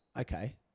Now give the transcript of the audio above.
okay